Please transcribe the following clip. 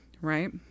right